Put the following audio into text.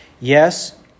Yes